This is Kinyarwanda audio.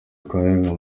twahirwa